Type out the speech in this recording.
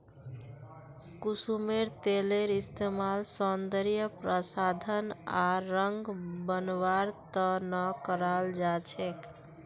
कुसुमेर तेलेर इस्तमाल सौंदर्य प्रसाधन आर रंग बनव्वार त न कराल जा छेक